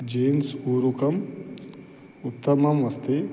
James ऊरुकम् उत्तमम् अस्ति